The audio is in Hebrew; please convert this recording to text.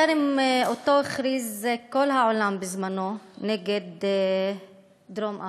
החרם שהכריז כל העולם בזמנו נגד דרום-אפריקה